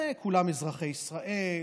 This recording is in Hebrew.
כולם אזרחי ישראל,